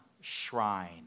shrine